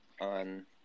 on